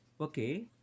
okay